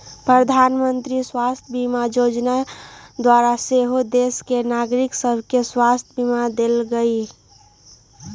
प्रधानमंत्री स्वास्थ्य बीमा जोजना द्वारा सेहो देश के नागरिक सभके स्वास्थ्य बीमा देल गेलइ